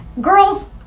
Girls